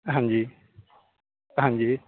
ਹਾਂਜੀ ਹਾਂਜੀ ਜੀ